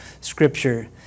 scripture